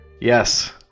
Yes